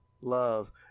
love